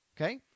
okay